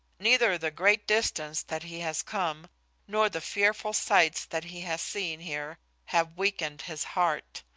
neither the great distance that he has come nor the fearful sights that he has seen here have weakened his heart.